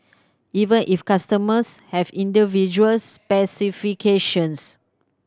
even if customers have individual specifications